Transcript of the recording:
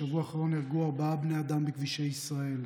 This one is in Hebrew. בשבוע האחרון נהרגו ארבעה בני אדם בכבישי ישראל,